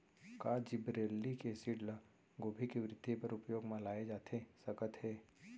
का gibberellic acid ल गोभी के वृद्धि बर उपयोग म लाये जाथे सकत हे?